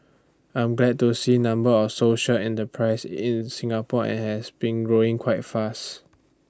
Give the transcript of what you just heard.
I'm glad to see number of social enterprises in Singapore and has been growing quite fast